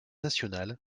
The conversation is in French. national